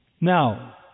Now